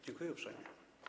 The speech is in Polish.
Dziękuję uprzejmie.